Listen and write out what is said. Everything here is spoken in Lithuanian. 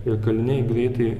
ir kaliniai greitai